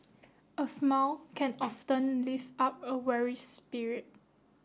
a smile can often lift up a weary spirit